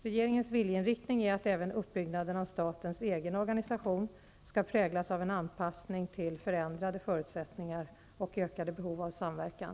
Regeringens viljeinriktning är att även uppbyggnaden av statens egen organisation skall präglas av en anpassning till förändrade förutsättningar och ökade behov av samverkan.